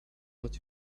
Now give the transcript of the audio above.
what